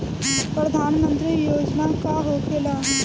प्रधानमंत्री योजना का होखेला?